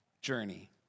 journey